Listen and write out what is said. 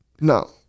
No